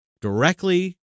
directly